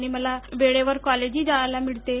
आणि मला वेळेवर कॉलेजलाही जायला मिळते आहे